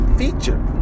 feature